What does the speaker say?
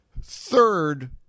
Third